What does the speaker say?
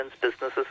businesses